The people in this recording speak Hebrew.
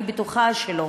אני בטוחה שלא.